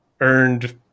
earned